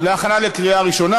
להכנה לקריאה ראשונה.